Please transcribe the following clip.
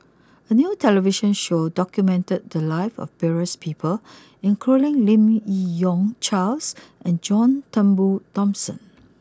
A new television show documented the lives of various people including Lim Yi Yong Charles and John Turnbull Thomson